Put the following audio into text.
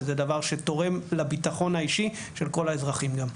וזה דבר שתורם לביטחון האישי של כל האזרחים גם.